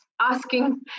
asking